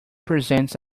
presents